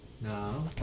Now